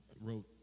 wrote